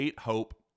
Hope